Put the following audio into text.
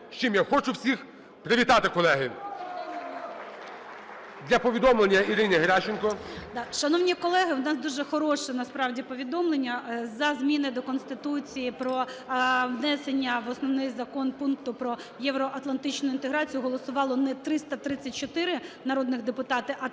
з чим я хочу всіх привітати, колеги! (Оплески) Для повідомлення Ірині Геращенко. 13:39:28 ГЕРАЩЕНКО І.В. Шановні колеги, в нас дуже хороше насправді повідомлення: за зміни до Конституції про внесення в Основний Закон пункту про євроатлантичну інтеграцію голосувало не 334 народних депутати,